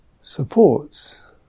supports